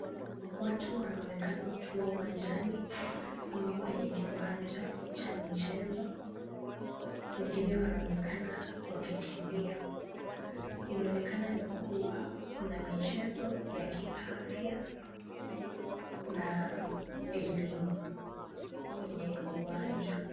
Watu wanaonekana uwanjani ama kwenye kiwanja cha michezo. Wengine wanaonekana wakikimbia. Inaonekana ni kuwa ,kuna michezo ya kiafya na elimu kwenye uwanja.